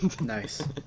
nice